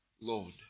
Lord